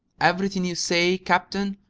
everything you say, captain,